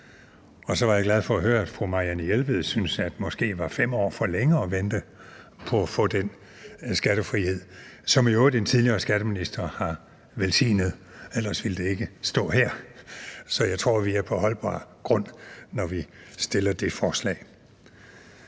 Og så var jeg glad for at høre, at fru Marianne Jelved syntes, at 5 år måske var for længe at vente på at få den skattefrihed, som en tidligere skatteminister i øvrigt har velsignet, ellers ville det ikke stå her. Så jeg tror, vi er på holdbar grund, når vi stiller det forslag.